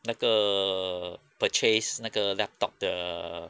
那个 purchase 那个 laptop 的